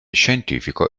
scientifico